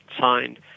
signed